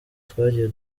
twagiye